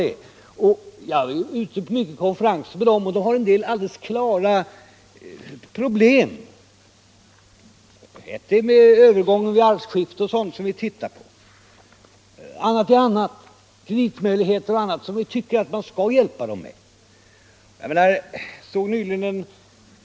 Jag har ofta varit med småföretagare på konferenser och vet därför att de har en del besvärliga problem, t.ex. företagsöverlåtelsen vid arvsskifte och liknande. Det håller vi nu på att se över. Vi tycker också att vi bör hjälpa dem till bättre kreditmöjligheter och liknande.